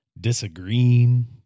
disagreeing